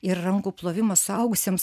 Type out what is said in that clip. ir rankų plovimas suaugusiems